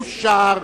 אושרה.